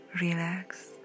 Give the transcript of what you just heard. relax